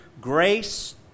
Grace